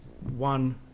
one